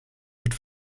wird